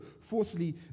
Fourthly